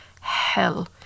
hell